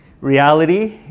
reality